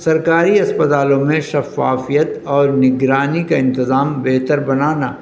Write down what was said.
سرکاری اسپتالوں میں شفافیت اور نگرانی کا انتظام بہتر بنانا